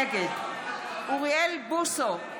נגד אוריאל בוסו,